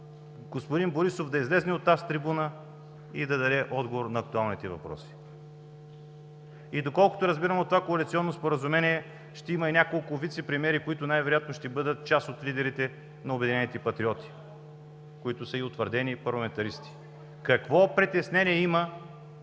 господин Борисов да излезе и от тази трибуна да даде отговор на актуалните въпроси? Доколкото разбирам от това коалиционно споразумение, ще има и няколко вицепремиери, които най-вероятно ще бъдат част от лидерите на Обединените патриоти, които са и утвърдени парламентаристи. Какво притеснение има